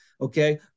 okay